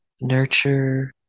nurture